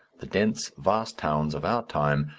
the dense, vast towns of our time,